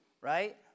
Right